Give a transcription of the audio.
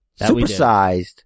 supersized